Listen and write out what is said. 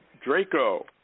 Draco